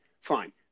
Fine